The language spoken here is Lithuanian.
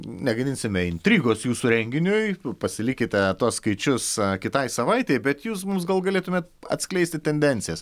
negadinsime intrigos jūsų renginiui pasilikite tuos skaičius kitai savaitei bet jūs mums gal galėtumėt atskleisti tendencijas